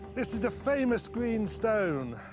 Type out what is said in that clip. this is the famous green stone.